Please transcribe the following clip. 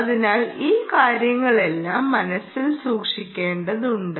അതിനാൽ ഈ കാര്യങ്ങളെല്ലാം മനസ്സിൽ സൂക്ഷിക്കേണ്ടതുണ്ട്